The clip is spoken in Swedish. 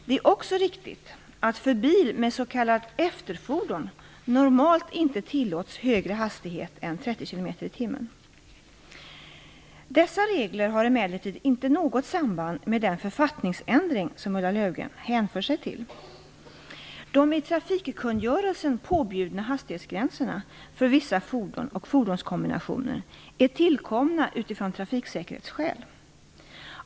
Det är också riktigt att det för bil med s.k. efterfordon normalt inte tillåts högre hastighet än 30 km i timmen. Dessa regler har emellertid inte något samband med den författningsändring som Ulla Löfgren hänvisar till. De i vägtrafikkungörelsen påbjudna hastighetsgränserna för vissa fordon och fordonskombinationer är tillkomna utifrån trafiksäkerhetsskäl.